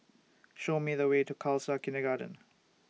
Show Me The Way to Khalsa Kindergarten